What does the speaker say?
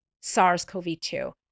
SARS-CoV-2